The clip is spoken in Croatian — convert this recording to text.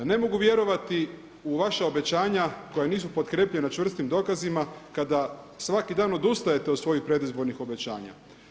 Ne mogu vjerovati u vaša obećanja koja nisu potkrijepljena čvrstim dokazima kada svaki dan odustajete od svojih predizbornih obećanja.